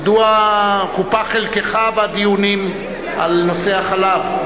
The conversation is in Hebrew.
מדוע קופח חלקך בדיונים על נושא החלב?